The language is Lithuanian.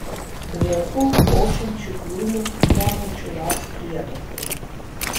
lieku ošiančių krūmų šlamančių lapų priedangoje